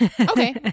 Okay